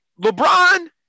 LeBron